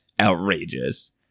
outrageous